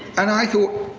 and i thought,